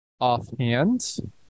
Offhand